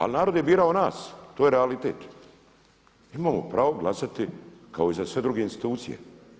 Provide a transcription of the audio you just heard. Ali narod je birao nas, to je realitet, imamo pravo glasati kao i za sve druge institucije.